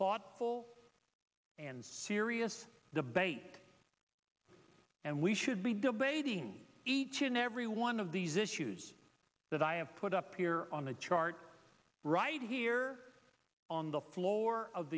thoughtful and serious debate and we should be debating each and every one of these issues that i have put up here on the chart right here on the floor of